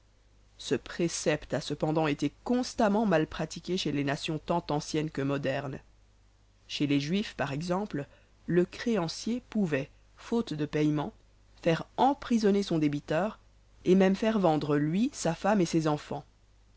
ce précepte a cependant été constamment mal pratiqué chez les nations tant anciennes que modernes chez les juifs par exemple le créancier pouvait faute de paiement faire emprisonner son débiteur et même faire vendre lui sa femme et ses enfans